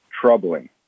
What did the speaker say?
troubling